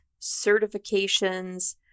certifications